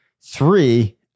three